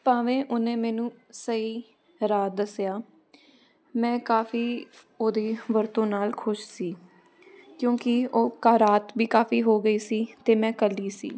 ਭਾਵੇਂ ਉਹਨੇ ਮੈਨੂੰ ਸਹੀ ਰਾਹ ਦੱਸਿਆ ਮੈਂ ਕਾਫ਼ੀ ਉਹਦੀ ਵਰਤੋਂ ਨਾਲ ਖੁਸ਼ ਸੀ ਕਿਉਂਕਿ ਉਹ ਕ ਰਾਤ ਵੀ ਕਾਫ਼ੀ ਹੋ ਗਈ ਸੀ ਅਤੇ ਮੈਂ ਇਕੱਲੀ ਸੀ